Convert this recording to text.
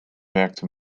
werkte